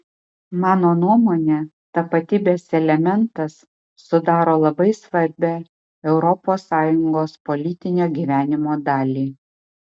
mano nuomone tapatybės elementas sudaro labai svarbią europos sąjungos politinio gyvenimo dalį